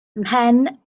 mhen